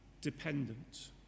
dependent